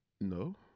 No